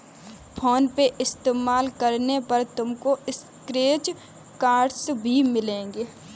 phone पे इस्तेमाल करने पर तुमको स्क्रैच कार्ड्स भी मिलेंगे